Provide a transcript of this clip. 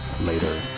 Later